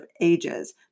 ages